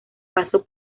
paso